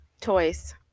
toys